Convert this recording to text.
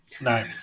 No